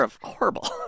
horrible